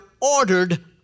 ordered